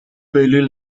bualadh